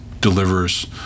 delivers